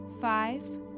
Five